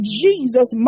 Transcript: jesus